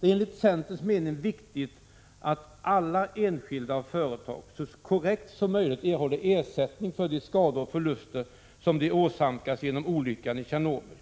Det är enligt centerns mening viktigt att alla enskilda och företag så korrekt som möjligt erhåller ersättning för de skador och förluster som de åsamkas genom olyckan i Tjernobyl.